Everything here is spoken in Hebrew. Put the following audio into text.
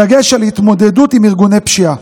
בדגש על התמודדות עם ארגוני פשיעה.